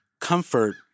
comfort